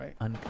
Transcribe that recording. right